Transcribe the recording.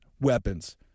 weapons